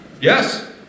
Yes